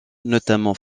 notamment